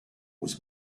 was